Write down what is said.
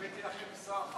הבאתי לכם שר,